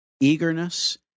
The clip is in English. eagerness